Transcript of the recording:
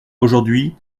aujourd’hui